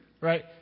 right